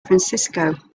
francisco